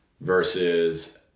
versus